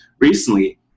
recently